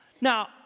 Now